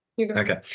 Okay